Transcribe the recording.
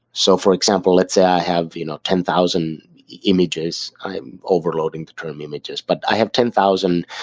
so for example, let's say i have you know ten thousand images. i'm overloading the term images, but i have ten thousand